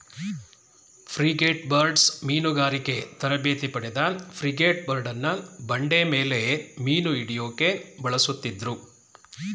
frigatebirds ಮೀನುಗಾರಿಕೆ ತರಬೇತಿ ಪಡೆದ ಫ್ರಿಗೇಟ್ಬರ್ಡ್ನ ಬಂಡೆಮೇಲೆ ಮೀನುಹಿಡ್ಯೋಕೆ ಬಳಸುತ್ತಿದ್ರು